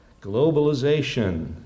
Globalization